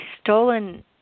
stolen